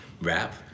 rap